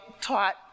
taught